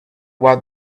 what